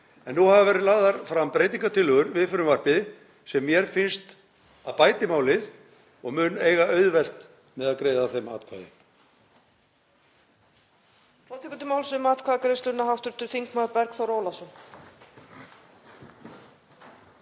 En nú hafa verið lagðar fram breytingartillögur við frumvarpið sem mér finnst bæta málið og ég mun eiga auðvelt með að greiða þeim atkvæði.